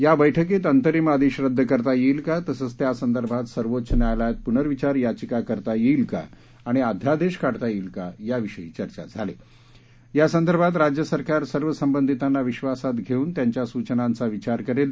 या बैठकीत अंतरिम आदेश रद्द करता येईलका तसंच त्यासंदर्भात सर्वोच्च न्यायालयात पुनर्विचार याचिका करता यईल का आणि अध्यादेश काढता येईल का याविषयी चर्चा झाली यासंदर्भात राज्य सरकार सर्व संबंधितांना विश्वासात घेऊन त्यांच्या सूचनांचा विचार करेल